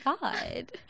god